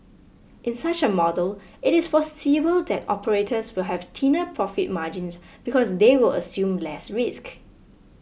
in such a model it is foreseeable that operators will have thinner profit margins because they will assume less risk